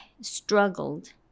struggled